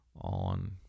on